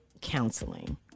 counseling